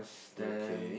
okay